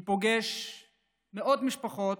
אני פוגש מאות משפחות